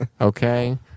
Okay